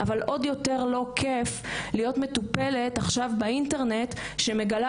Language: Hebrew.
אבל עוד יותר לא כיף להיות מטופלת עכשיו באינטרנט שמגלה